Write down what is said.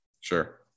sure